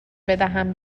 بدهم